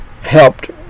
helped